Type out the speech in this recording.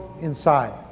inside